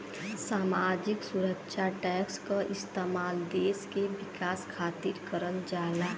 सामाजिक सुरक्षा टैक्स क इस्तेमाल देश के विकास खातिर करल जाला